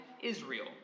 Israel